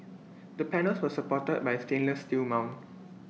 the panels were supported by A stainless steel mount